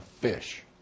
fish